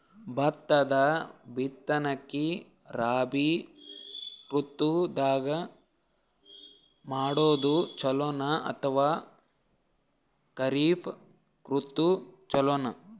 ಭತ್ತದ ಬಿತ್ತನಕಿ ರಾಬಿ ಋತು ದಾಗ ಮಾಡೋದು ಚಲೋನ ಅಥವಾ ಖರೀಫ್ ಋತು ಚಲೋನ?